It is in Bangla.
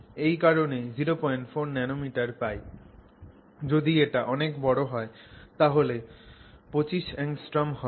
এই কারনেই 04 nanometer পাই যদি এটা অনেক বড় হয় তাহলে 25 angstroms হবে